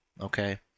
okay